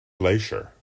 glacier